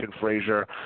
Frazier